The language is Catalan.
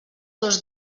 dos